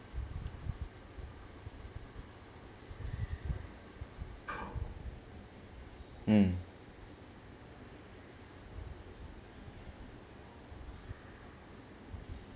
mm